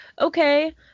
okay